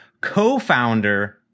co-founder